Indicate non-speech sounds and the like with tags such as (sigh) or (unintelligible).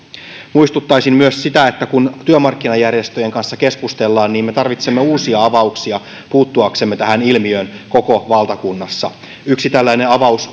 muistuttaisin myös siitä että kun työmarkkinajärjestöjen kanssa keskustellaan niin me tarvitsemme uusia avauksia puuttuaksemme tähän ilmiöön koko valtakunnassa yksi tällainen avaus (unintelligible)